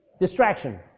distraction